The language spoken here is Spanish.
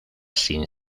sin